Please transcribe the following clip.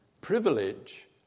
privilege